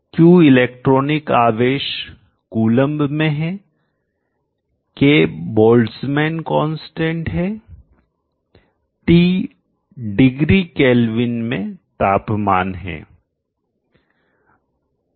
q electronic आवेश coulomb में हैK बोल्ट्जमैन कांस्टेंट है T डिग्री केल्विन में तापमान है